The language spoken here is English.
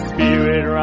Spirit